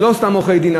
זה לא סתם עורכי-דין,